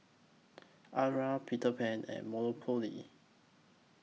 Arai Peter Pan and Monopoly